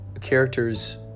characters